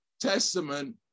Testament